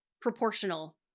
proportional